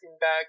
back